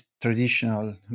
traditional